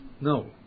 No